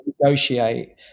negotiate